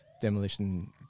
demolition